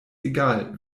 egal